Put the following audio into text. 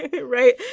right